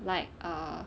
like err